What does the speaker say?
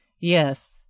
Yes